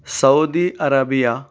Saudi Arabia